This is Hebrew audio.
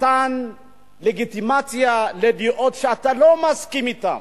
מתן לגיטימציה לדעות שאתה לא מסכים אתן.